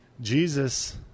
Jesus